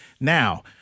Now